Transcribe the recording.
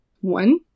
One